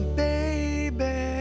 baby